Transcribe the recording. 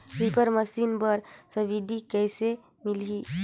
Reaper machine बर subsidy कइसे मिलही?